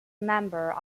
member